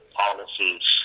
policies